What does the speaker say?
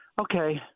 okay